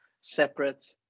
separate